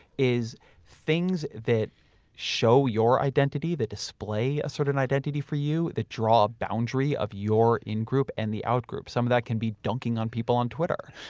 is things that show your identity, that display a certain identity for you, that draw a boundary of your in-group and the out-group. some of that can be dunking on people on twitter.